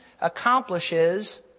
accomplishes